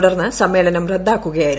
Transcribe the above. തുടർന്ന് ്സ്മ്മേളനം റദ്ദാക്കുകയായിരുന്നു